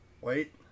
Wait